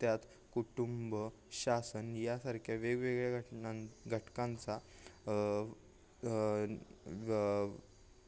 त्यात कुटुंब शासन यासारख्या वेगवेगळ्या घटना घटकांचा